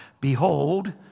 Behold